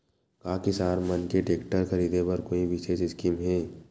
का किसान मन के टेक्टर ख़रीदे बर कोई विशेष स्कीम हे?